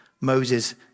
Moses